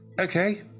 Okay